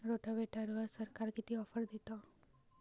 रोटावेटरवर सरकार किती ऑफर देतं?